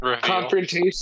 confrontation